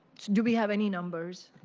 do we have any numbers?